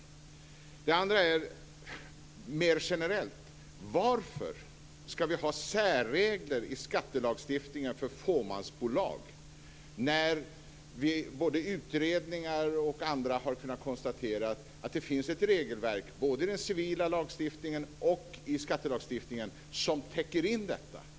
Min andra fråga är mer generell. Varför ska vi ha särregler i skattelagstiftningen för fåmansbolag, när både utredningar och andra har kunnat konstatera att det finns ett regelverk både i den civila lagstiftningen och i skattelagstiftningen som täcker in detta?